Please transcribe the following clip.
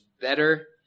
better